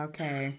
Okay